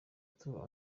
tours